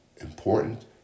important